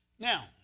Now